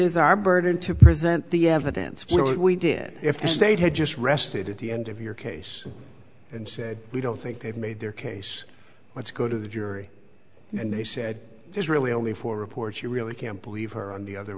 is our burden to present the evidence what we did if the state had just rested at the end of your case and said we don't think they've made their case let's go to the jury and they said there's really only four reports you really can't believe her on the other